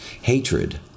hatred